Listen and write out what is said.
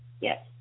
Yes